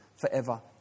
forever